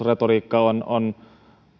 retoriikka maahanmuuttajien kustannuksista on